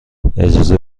اجازه